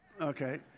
okay